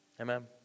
Amen